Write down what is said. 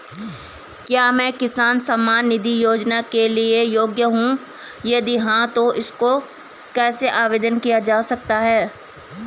क्या मैं किसान सम्मान निधि योजना के लिए योग्य हूँ यदि हाँ तो इसको कैसे आवेदन किया जा सकता है?